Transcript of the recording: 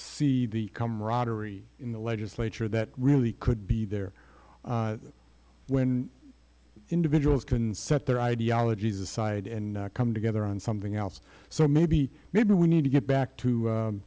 see the camaraderie in the legislature that really could be there when individuals can set their ideologies aside and come together on something else so maybe maybe we need to get back